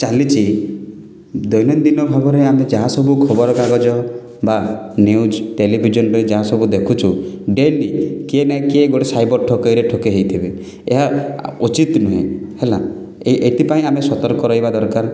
ଚାଲିଛି ଦୈନଦିନ ଭାବରେ ଆମେ ଯାହାସବୁ ଖବର କାଗଜ ବା ନିଉଜ୍ ଟେଲିଭିଜନରେ ଯାହାସବୁ ଦେଖୁଛୁ ଡେଲି କିଏ ନା କିଏ ଗୋଟେ ସାଇବର ଠକେଇରେ ଠକେଇ ହେଇଥିବେ ଏହା ଉଚିତ୍ ନୁହେଁ ହେଲା ଏଥିପାଇଁ ଆମେ ସତର୍କ ରହିବା ଦରକାର